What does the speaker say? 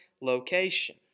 location